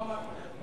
לא אמרתי תרגילים.